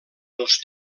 dels